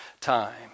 time